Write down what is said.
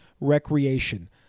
recreation